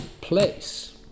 place